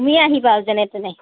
তুমিয়ে আহিবা আৰু যেনে তেনে